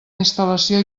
instal·lació